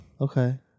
Okay